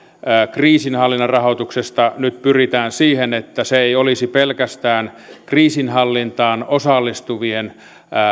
kriisinhallinnan rahoituksessa nyt pyritään siihen että se ei olisi pelkästään kriisinhallintaan osallistuvien